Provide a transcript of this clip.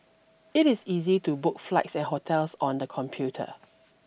it is easy to book flights and hotels on the computer